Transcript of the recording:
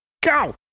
Go